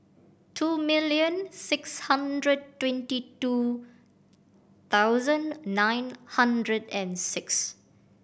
two million six hundred twenty two thousand nine hundred and six